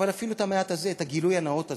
אבל אפילו את המעט הזה, את הגילוי הנאות הזה,